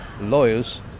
lawyers